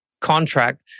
contract